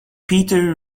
peter